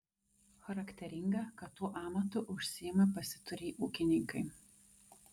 charakteringa kad tuo amatu užsiima pasiturį ūkininkai